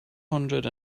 hundred